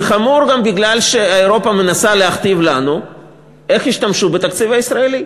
זה חמור גם מפני שאירופה מנסה להכתיב לנו איך ישתמשו בתקציב הישראלי.